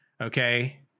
okay